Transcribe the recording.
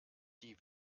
die